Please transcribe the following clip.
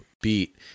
beat